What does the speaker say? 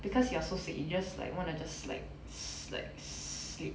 because you are so sick you just like wanna just like s~ like sleep